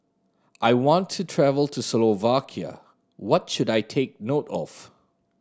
I want to travel to Slovakia what should I take note of